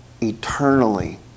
eternally